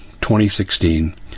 2016